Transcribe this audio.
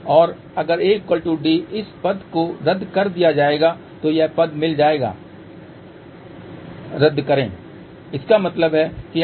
और अगर A D इस पद को रद्द कर दिया जाएगा तो यह पद मिल जाएगा रद्द करें इसका मतलब है कि S11S22